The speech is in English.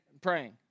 praying